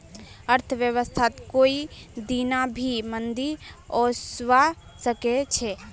अर्थव्यवस्थात कोई दीना भी मंदी ओसवा सके छे